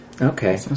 Okay